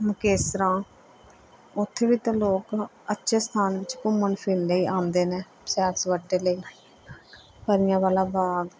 ਮੁਕੇਸਰਾਂ ਉੱਥੇ ਵੀ ਤਾਂ ਲੋਕ ਅੱਛੇ ਸਥਾਨ ਵਿੱਚ ਘੁੰਮਣ ਫਿਰਨ ਲਈ ਆਉਂਦੇ ਨੇ ਸੈਰ ਸਪਾਟੇ ਲਈ ਪਰੀਆਂ ਵਾਲਾ ਬਾਗ